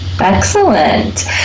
Excellent